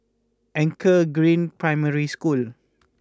Anchor Green Primary School